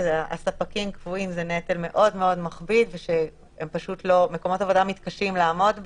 שספקים קבועים זה נטל מאוד מאוד מכביד ושמקומות עבודה מתקשים לעמוד בו,